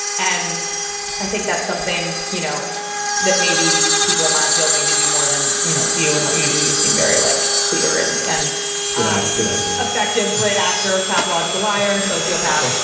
and i think that's something you know that maybe people in my field maybe do more than you know you and what you do. you seem very like clear. and and good actor. affective, great actor, pathological liar, sociopath,